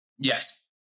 Yes